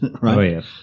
Right